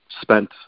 spent